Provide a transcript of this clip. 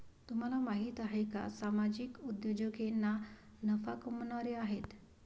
तुम्हाला माहिती आहे का सामाजिक उद्योजक हे ना नफा कमावणारे आहेत